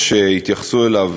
פסיכיאטר.